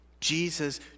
jesus